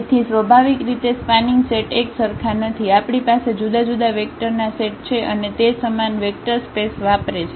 તેથી સ્વાભાવિક રીતે સ્પાનિંગ સેટ એકસરખા નથી આપણી પાસે જુદાજુદા વેક્ટર ના સેટ છે અને તે સમાન વેક્ટર સ્પેસ વાપરે છે